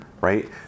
right